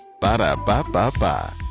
Ba-da-ba-ba-ba